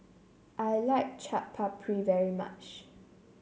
I like Chaat Papri very much